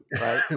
right